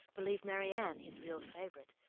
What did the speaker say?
believed marianne his real favourite,